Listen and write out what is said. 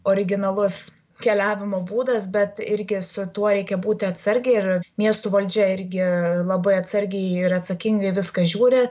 originalus keliavimo būdas bet irgi su tuo reikia būti atsargiai ir miestų valdžia irgi labai atsargiai ir atsakingai į viską žiūri